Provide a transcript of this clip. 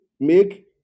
Make